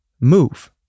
move